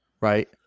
Right